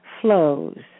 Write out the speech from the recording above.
flows